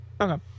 Okay